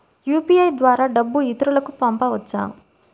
UPI ద్వారా డబ్బు ఇతరులకు పంపవచ్చ?